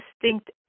distinct